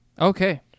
Okay